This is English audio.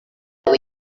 that